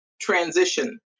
transition